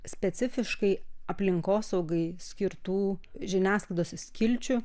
specifiškai aplinkosaugai skirtų žiniasklaidos skilčių